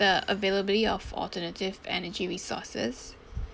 the availability of alternative energy resources